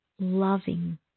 loving